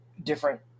different